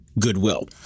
goodwill